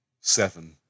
seven